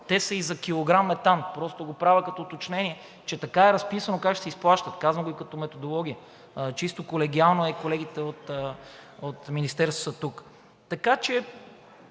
те са и за килограм метан – просто го правя като уточнение, че така е разписано как ще се изплащат, казвам Ви като методология, чисто колегиално е, колегите от Министерството са тук. Така че